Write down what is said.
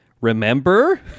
Remember